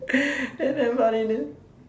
then damn funny then